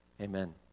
amen